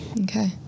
okay